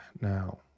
Now